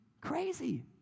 Crazy